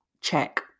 check